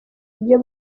ibyo